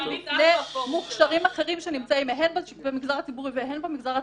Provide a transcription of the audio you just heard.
בפני מוכשרים אחרים שנמצאים הן במגזר הציבורי והן במגזר הפרטי,